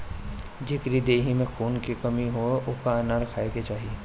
जेकरी देहि में खून के कमी होखे ओके अनार खाए के चाही